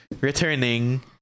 Returning